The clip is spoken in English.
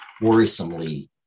worrisomely